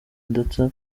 ndetse